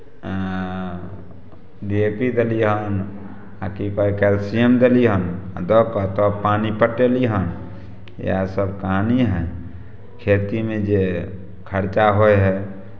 D A P देलियै हन आ की कहै कैल्सियम देलियै हन आ दऽ कऽ तब पानि पटयली हन इएहसभ कहानी हइ खेतीमे जे खर्चा होइ हइ